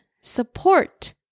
support